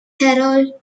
harold